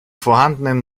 vorhandenen